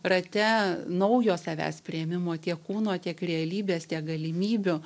rate naujo savęs priėmimo tiek kūno tiek realybės tiek galimybių